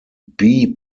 bee